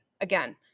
again